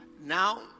Now